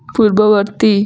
ପୂର୍ବବର୍ତ୍ତୀ